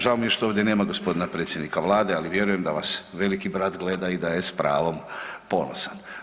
Žao mi je što ovdje nema g. predsjednika vlade, ali vjerujem da vas veliki brat gleda i da je s pravom ponosan.